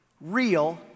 Real